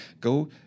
go